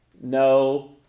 no